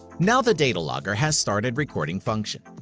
now the data logger has started recording function.